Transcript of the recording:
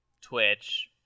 Twitch